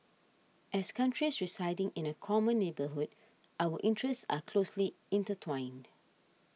as countries residing in a common neighbourhood our interests are closely intertwined